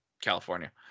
California